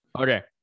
Okay